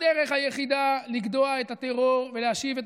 הדרך היחידה לגדוע את הטרור ולהשיב את